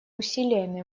усилиями